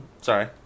sorry